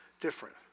different